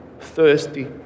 thirsty